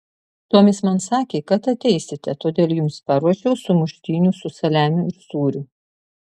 tomis man sakė kad ateisite todėl jums paruošiau sumuštinių su saliamiu ir sūriu